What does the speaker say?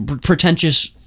pretentious